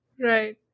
Right